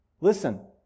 listen